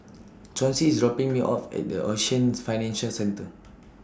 Chauncey IS dropping Me off At The Ocean Financial Centre